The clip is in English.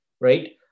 right